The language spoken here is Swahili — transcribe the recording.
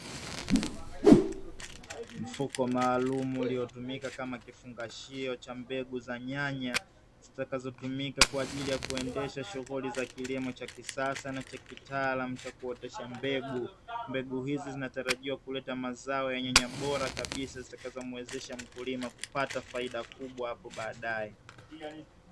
Mfuko maalum uliotumika kama kifungashio cha mbegu za nyanya zitakazotimika kwa ajili ya kuendesha shughuli za kilimo cha kisasa, na chaki taalamu chakuotesha mbegu mbegu hizi zinatarajiwa kuleta mazao yenye nyanya bora kabisa, zitakazomwezesha mkulima kupata faida kubwa hapo baadaye.